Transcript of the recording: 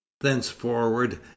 thenceforward